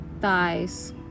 thighs